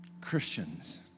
Christians